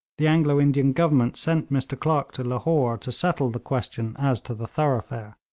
the anglo-indian government sent mr clerk to lahore to settle the question as to the thoroughfare.